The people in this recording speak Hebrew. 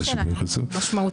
אבל השכר שלנו נמוך משמעותית.